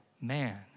man